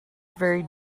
very